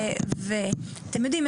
ואתם יודעים,